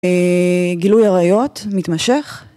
גילוי עריות מתמשך.